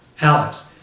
alex